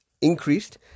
increased